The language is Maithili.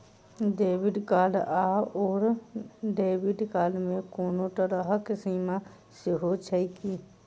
क्रेडिट कार्ड आओर डेबिट कार्ड मे कोनो तरहक सीमा सेहो छैक की?